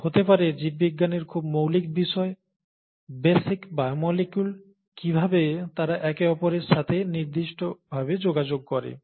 তা হতে পারে জীববিজ্ঞানের খুব মৌলিক বিষয় বেসিক বায়োমোলিকুল কিভাবে তারা একে অপরের সাথে নির্দিষ্ট ভাবে যোগাযোগ করে